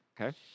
Okay